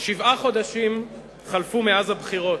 שבעה חודשים חלפו מאז הבחירות,